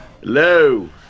Hello